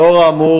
לאור האמור,